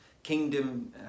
kingdom